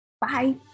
Bye